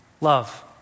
love